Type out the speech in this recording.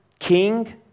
king